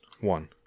One